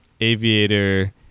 aviator